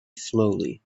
slowly